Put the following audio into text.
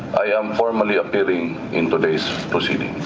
i am formally appearing in today's proceeding.